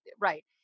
right